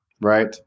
Right